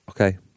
Okay